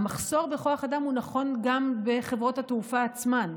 המחסור בכוח אדם הוא נכון גם בחברות התעופה עצמן,